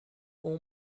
اون